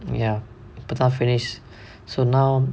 ya இப்ப தான்:ippa thaan finish so now